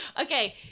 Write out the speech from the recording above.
Okay